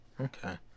Okay